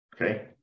okay